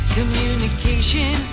communication